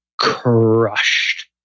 crushed